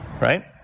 right